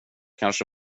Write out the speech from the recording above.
kanske